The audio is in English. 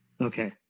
Okay